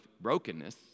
brokenness